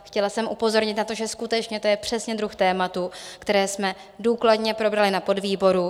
Chtěla jsem upozornit na to, že skutečně to je přesně druh tématu, které jsme důkladně probrali na podvýboru.